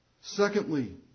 Secondly